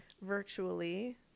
virtually